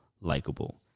likable